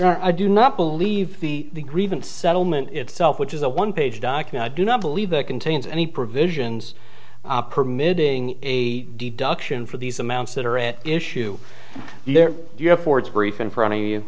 there i do not believe the grievance settlement itself which is a one page document i do not believe that contains any provisions permitting a deduction for these amounts that are at issue here you have forged brief in front of you